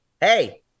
hey